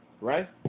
Right